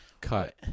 Cut